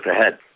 ahead